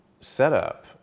setup